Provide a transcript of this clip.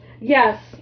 Yes